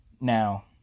Now